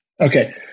Okay